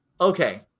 Okay